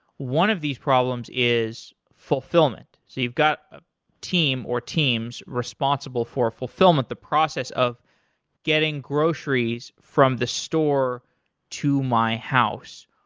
one of these problems is fulfillment. you've got ah team or teams responsible for fulfillment the process of getting groceries from the store to my house.